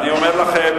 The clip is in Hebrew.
אני אומר לכם,